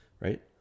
right